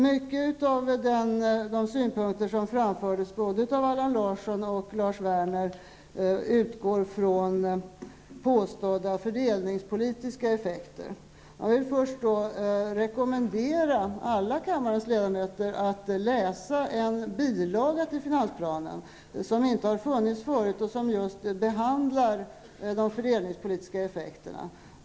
Mycket av de synpunkter som framfördes både av Allan Larsson och Lars Werner utgår från påstådda fördelningspolitiska effekter. Jag vill då först rekommendera alla kammarens ledamöter att läsa en bilaga till finansplanen som inte har funnits förut och som just behandlar de fördelningspolitiska effekterna.